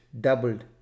doubled